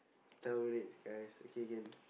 guys okay can